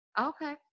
Okay